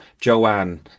Joanne